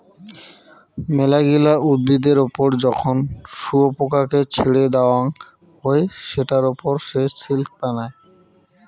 মেলাগিলা উদ্ভিদের ওপর যখন শুয়োপোকাকে ছেড়ে দেওয়াঙ হই সেটার ওপর সে সিল্ক বানায়